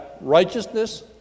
righteousness